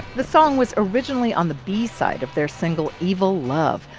the song was originally on the b-side of their single evil love.